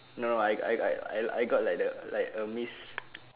no I I I I I got like the like a miss